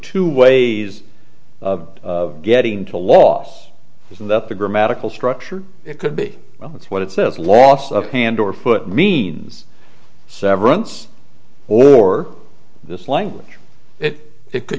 two ways of getting to loss isn't that the grammatical structure it could be well that's what it says loss of hand or foot means severance or this language it it could